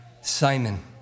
Simon